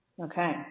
Okay